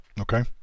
Okay